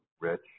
rich